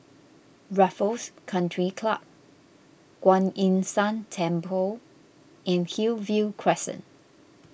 Raffles Country Club Kuan Yin San Temple and Hillview Crescent